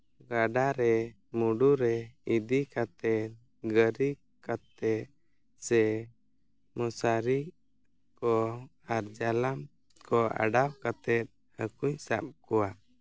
ᱜᱟᱰᱟ ᱨᱮ ᱢᱩᱰᱩ ᱨᱮ ᱤᱫᱤ ᱠᱟᱛᱮᱫ ᱜᱟᱹᱨᱤ ᱠᱟᱛᱮᱫ ᱥᱮ ᱢᱚᱥᱟᱨᱤ ᱠᱚ ᱟᱨ ᱡᱟᱞᱟᱢ ᱠᱚ ᱚᱰᱟᱣ ᱠᱟᱛᱮᱫ ᱦᱟᱹᱠᱩᱧ ᱥᱟᱵ ᱠᱚᱣᱟ